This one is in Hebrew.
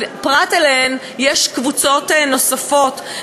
אבל פרט לה יש קבוצות נוספות,